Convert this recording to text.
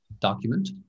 document